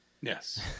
Yes